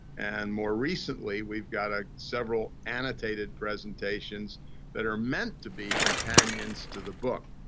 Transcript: and more recently, we've got ah several annotated presentations that are meant to be companions to the book.